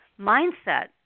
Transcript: mindset